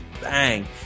bang